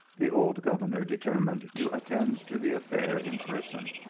the old governor determined to attend to the affair in person.